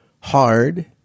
hard